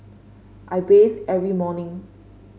I bathe every morning